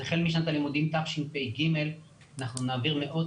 אז החל משנת הלימודים תשפ"ג אנחנו נעביר מאות